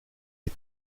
des